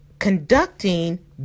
Conducting